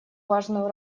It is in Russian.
важную